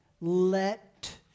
Let